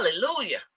Hallelujah